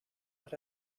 that